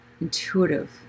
intuitive